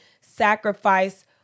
sacrifice